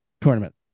tournament